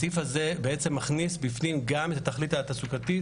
הסעיף זה בעצם מכניס בפנים גם את התכלית התעסוקתית